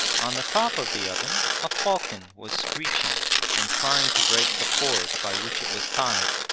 on the top of the oven a falcon was screeching and trying to break the cord by which it was tied,